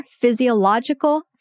physiological